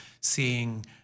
seeing